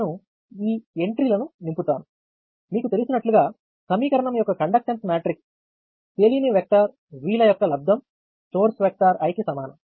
నేను ఈ ఎంట్రీలను నింపుతాను మీకు తెలిసినట్లుగా సమీకరణం యొక్క కండక్టెన్స్ మ్యాట్రిక్స్ తెలియని వెక్టర్ V ల యొక్క లబ్దం సోర్స్ వెక్టర్ I కి సమానం